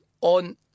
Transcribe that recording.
on